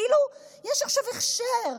כאילו יש עכשיו הכשר,